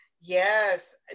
Yes